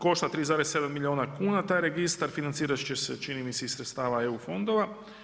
Košta 3,7 milijuna kuna taj registar, financirati će se, čini mi se, iz sredstava EU fondova.